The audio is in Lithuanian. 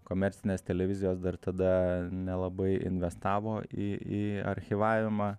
komercinės televizijos dar tada nelabai investavo į į archyvavimą